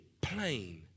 plain